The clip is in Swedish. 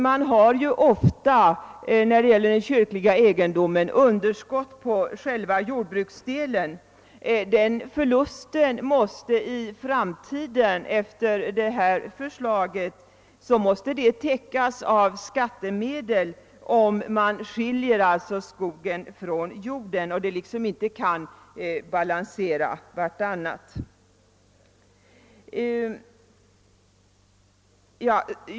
De kyrkliga egendomarna uppvisar ofta underskott på själva jordbruksdelen. Den förlusten måste i framtiden — om detta förslag går igenom — täckas av skattemedel, dvs. om man skiljer skogen från jorden och dessa ekonomiskt inte längre kan balansera varandra.